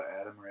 Adam